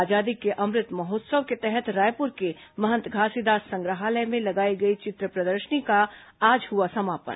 आजादी के अमृत महोत्सव के तहत रायपुर के महंत घासीदास संग्रहालय में लगाई गई चित्र प्रदर्शनी का आज हुआ समापन